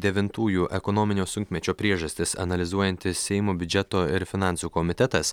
devintųjų ekonominio sunkmečio priežastis analizuojantis seimo biudžeto ir finansų komitetas